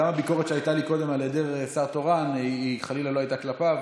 גם הביקורת שהייתה לי קודם על היעדר שר תורן היא חלילה לא הייתה כלפיו,